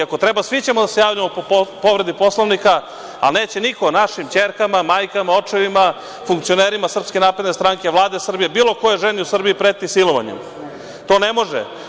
Ako treba svi ćemo da se javljamo po povredi Poslovnika, ali neće niko našim ćerkama, majkama, očevima, funkcionerima SNS, Vlade Srbije, bilo kojoj ženi u Srbiji pretiti silovanjem, to ne može.